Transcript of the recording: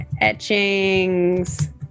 etchings